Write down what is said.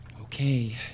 Okay